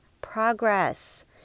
progress